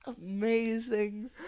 amazing